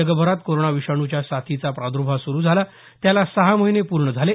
जगभरात कोरोना विषाणूच्या साथीचा प्रादुर्भाव सुरू झाला त्याला सहा महिने पूर्ण झाले